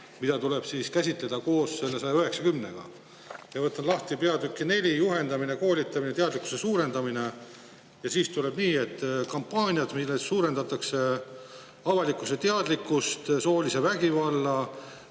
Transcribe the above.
mida tuleb käsitleda koos 190-ga. Võtan lahti peatüki IV, "Juhendamine, koolitamine ja teadlikkuse suurendamine" ja siin [on kirjas], et kampaaniaid, millega suurendatakse avalikkuse teadlikkust soolise vägivalla